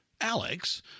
Alex